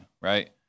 right